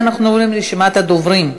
אנחנו עוברים לרשימת הדוברים: